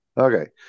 Okay